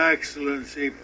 Excellency